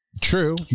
True